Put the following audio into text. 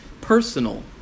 personal